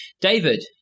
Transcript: David